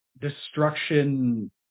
destruction